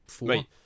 right